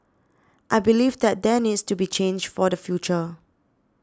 I believe that there needs to be change for the future